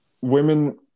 women